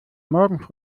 morgen